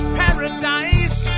paradise